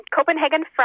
Copenhagen